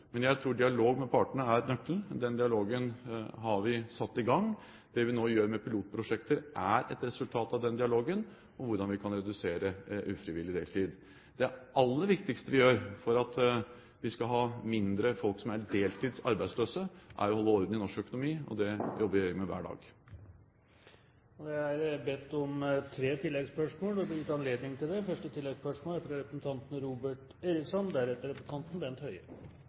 Jeg tror at dialog med partene er nøkkelen, og den dialogen har vi satt i gang. Det vi nå gjør med pilotprosjekter, er et resultat av den dialogen om hvordan vi kan redusere ufrivillig deltid. Det aller viktigste vi gjør for at vi skal ha færre folk som er deltids arbeidsløse, er å holde orden i norsk økonomi, og det jobber regjeringen med hver dag. Det blir gitt anledning til tre oppfølgingsspørsmål – først Robert Eriksson. I sommer så vi at søkertallene bl.a. til